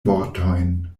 vortojn